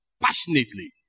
Passionately